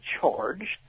charged